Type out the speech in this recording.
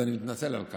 אז אני מתנצל על כך.